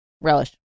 Relish